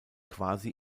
quasi